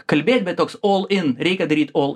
kalbėti bet toks ol in reikia daryti ol